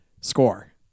score